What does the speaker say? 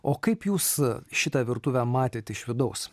o kaip jūs šitą virtuvę matėt iš vidaus